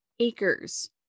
acres